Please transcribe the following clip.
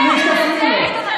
בלי שתפריעו לו.